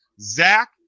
Zach